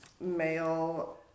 male